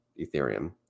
Ethereum